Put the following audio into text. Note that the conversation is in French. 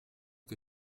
que